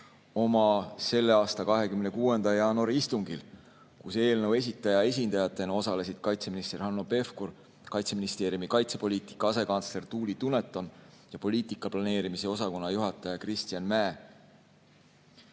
oma selle aasta 26. jaanuari istungil, kus eelnõu esitaja esindajatena osalesid kaitseminister Hanno Pevkur, Kaitseministeeriumi kaitsepoliitika asekantsler Tuuli Duneton ja poliitika planeerimise osakonna juhataja Kristjan